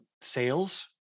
sales